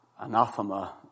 Anathema